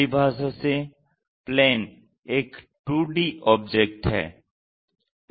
परिभाषा से प्लेन एक 2D ऑब्जेक्ट है